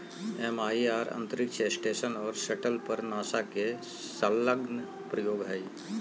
MIR अंतरिक्ष station और shuttle पर नासा के संलग्न प्रयोग हइ